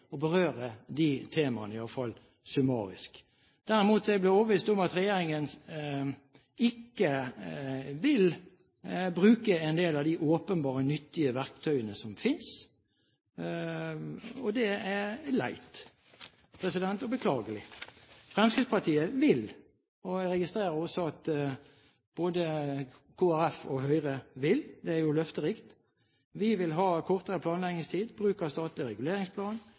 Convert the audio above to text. å berøre de temaene i hvert fall summarisk. Derimot er jeg blitt overbevist om at regjeringen ikke vil bruke en del av de åpenbart nyttige verktøyene som finnes, og det er leit og beklagelig. Fremskrittspartiet vil, og jeg registrerer også at både Kristelig Folkeparti og Høyre vil. Det er jo løfterikt. Vi vil ha kortere planleggingstid, bruk av statlig reguleringsplan,